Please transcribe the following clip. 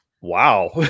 wow